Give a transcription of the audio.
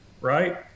right